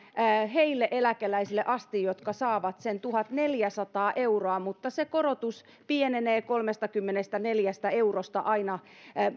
niille eläkeläisille asti jotka saavat sen tuhatneljäsataa euroa mutta se korotus pienenee kolmestakymmenestäneljästä eurosta aina